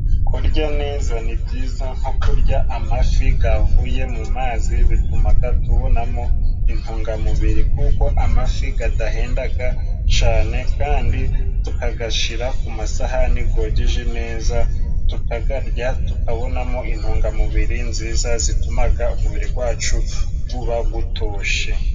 Kurya neza ni byiza nko kurya amafi gavuye mu mazi, bitumaga tubonamo intungamubiri, kuko amafi gadahendaga cane kandi tukagashira ku masahani gwogeje neza, tukagarya tukabonamo intungamubiri nziza, zitumaga umubiri gwacu gwuba gwutoshe.